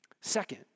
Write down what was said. Second